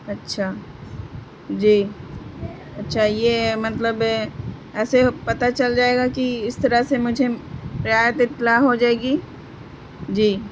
اچھا جی اچھا یہ مطلب ایسے پتہ چل جائے گا کہ اس طرح سے مجھے رعایت اطلاع ہو جائے گی جی